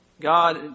God